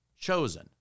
chosen